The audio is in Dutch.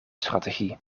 strategie